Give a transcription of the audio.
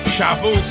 Shabu